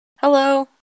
Hello